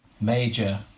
Major